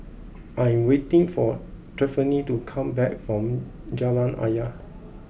I am waiting for Tiffany to come back from Jalan Ayer